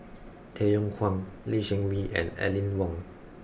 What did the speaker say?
Tay Yong Kwang Lee Seng Wee and Aline Wong